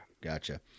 Gotcha